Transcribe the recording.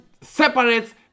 separates